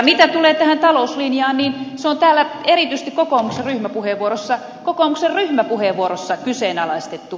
mitä tulee tähän talouslinjaan niin se on täällä erityisesti kokoomuksen ryhmäpuheenvuorossa kokoomuksen ryhmäpuheenvuorossa kyseenalaistettu